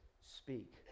speak